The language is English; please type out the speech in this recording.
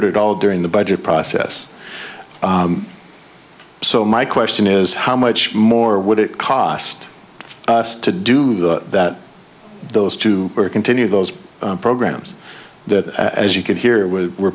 it at all during the budget process so my question is how much more would it cost us to do that that those two continue those programs that as you could hear were